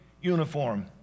uniform